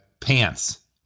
pants